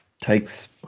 takes